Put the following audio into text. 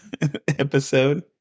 episode